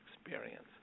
experience